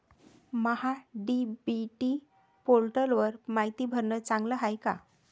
महा DBT पोर्टलवर मायती भरनं चांगलं हाये का?